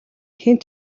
хэн